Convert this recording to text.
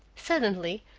suddenly,